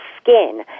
skin